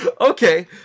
Okay